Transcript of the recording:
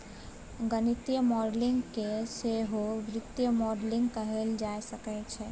गणितीय मॉडलिंग केँ सहो वित्तीय मॉडलिंग कहल जा सकैत छै